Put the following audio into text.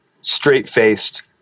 straight-faced